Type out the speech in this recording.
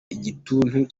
igituntu